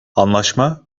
anlaşma